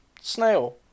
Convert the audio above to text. snail